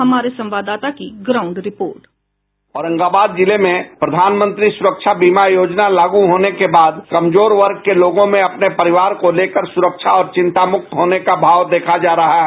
हमारे संवाददाता की ग्राउंड रिपोर्ट औरंगाबाद संवाददाता कमल किशोर औरंगाबाद जिले में प्रधानमंत्री सुरक्षा बीमा योजना लागू होने के बाद कमजोर वर्ग के लोगों में अपने परिवार को लेकर सुरक्षा और चिंतामुक्त होने का भाव देखा जा रहा है